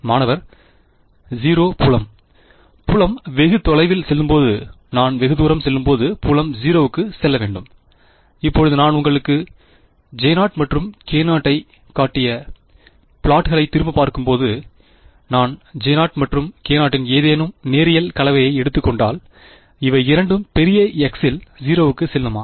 மாணவர் 0 புலம் புலம் வெகு தொலைவில் செல்லும்போது நான் வெகுதூரம் செல்லும்போது புலம் 0 க்கு செல்ல வேண்டும் இப்போது நான் உங்களுக்கு J0 மற்றும்K0 ஐக் காட்டிய ப்லாட் கலை திரும்பிப் பார்க்கும்போது நான் J0 மற்றும் K0 இன் ஏதேனும் நேரியல் கலவையை எடுத்துக் கொண்டால் இவை இரண்டும் பெரிய x இல் 0 க்குச் செல்லுமா